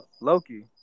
Loki